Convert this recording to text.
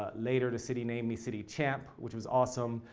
ah later the city named me city champ, which was awesome,